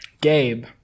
Gabe